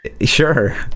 Sure